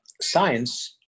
Science